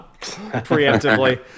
Preemptively